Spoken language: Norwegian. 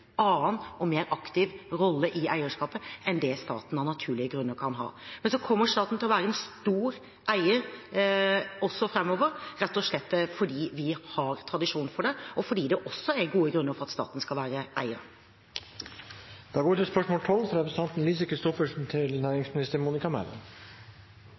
annen og mer aktiv rolle i eierskapet enn det staten av naturlige grunner kan ha. Men staten kommer til å være en stor eier også framover, rett og slett fordi vi har tradisjon for det, og fordi det også er gode grunner for at staten skal være eier. «I eierskapsmeldingen ba regjeringa om fullmakt til